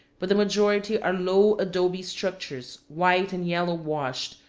but the majority are low adobe structures, white and yellow washed,